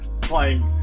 playing